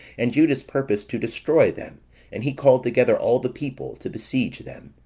and judas purposed to destroy them and he called together all the people, to besiege them.